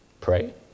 pray